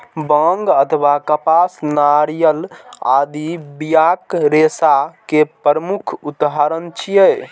बांग अथवा कपास, नारियल आदि बियाक रेशा के प्रमुख उदाहरण छियै